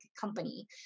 company